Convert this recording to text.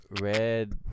Red